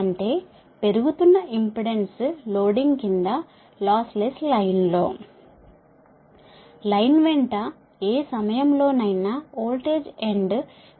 అంటే పెరుగుతున్న impedance loading కింద లాస్ లెస్ లైన్ లో లైన్ వెంట ఏ సమయంలో అయినా వోల్టేజ్ ఎండ్